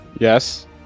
Yes